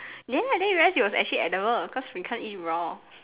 ya then you realise it was actually edible cause we can't eat it raw